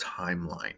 timeline